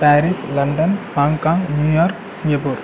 Paris London Hong Kong New York Singapore